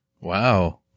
Wow